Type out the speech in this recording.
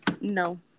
no